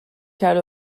کرد